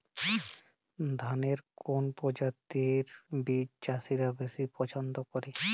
ধানের কোন প্রজাতির বীজ চাষীরা বেশি পচ্ছন্দ করে?